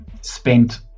spent